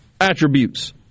attributes